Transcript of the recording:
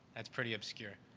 that's pretty obscure.